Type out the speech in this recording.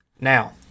Now